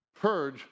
Purge